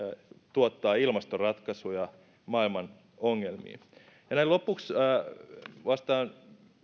tuottaa ilmastoratkaisuja maailman ongelmiin ja näin lopuksi vastaan